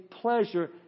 pleasure